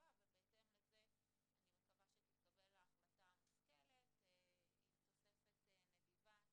הקרובה ובהתאם לזה אני מקווה שתתקבל החלטה מושכלת עם תוספת נדיבה,